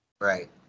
Right